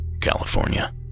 California